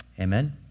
Amen